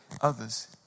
others